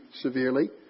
severely